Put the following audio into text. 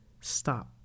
Stop